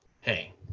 Hey